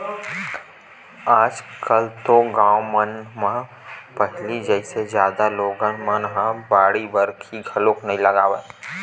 आज कल तो गाँव मन म पहिली जइसे जादा लोगन मन ह बाड़ी बखरी घलोक नइ लगावय